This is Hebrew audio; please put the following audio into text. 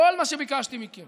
כל מה שביקשתי מכם